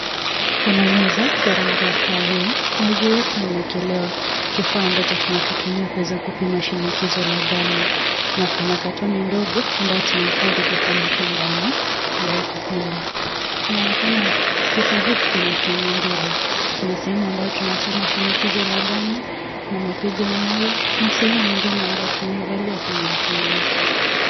Kuna meza ya rangi yakahawia na juu yake imeekelewa kifaa ambacho tunakitumia kuweza kupima shinikizo la damu na kuna katoni ndogo ambayo tunahifadhi ndani ambayo iko kando, na tunaona kifaa hiki kina sehemu mbi, kuna sehemu ambayo tunasoma shinikizo la damu na mapigo ya moyo na sehemu ingine ambayo tunaivalia kwenye mkono wetu.